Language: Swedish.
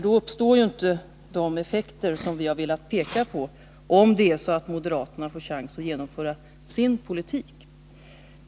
Då uppstår ju inte de effekter som vi har velat peka på skulle uppstå om det är så att moderaterna får chans att genomföra sin politik.